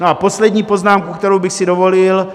A poslední poznámku, kterou bych si dovolil.